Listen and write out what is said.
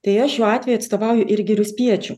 tai aš šiuo atveju atstovauju ir girių spiečių